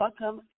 Welcome